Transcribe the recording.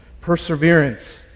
perseverance